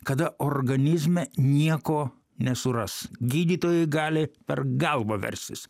kada organizme nieko nesuras gydytojai gali per galvą versis